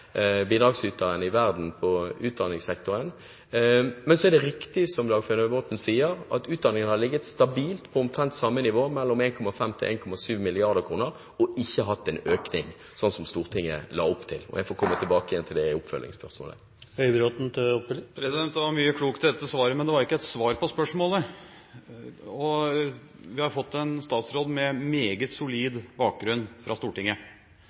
i verden på utdanningssektoren. Men så er det riktig, som Dagfinn Høybråten sier, at bistanden til utdanning har ligget stabilt på omtrent samme nivå, mellom 1,5 mrd. kr og 1,7 mrd. kr, og ikke hatt en økning, sånn som Stortinget la opp til. Jeg får komme tilbake til det i oppfølgingsspørsmålet. Det var mye klokt i dette svaret, men det var ikke et svar på spørsmålet. Vi har fått en statsråd med en meget solid bakgrunn fra Stortinget,